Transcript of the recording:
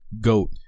goat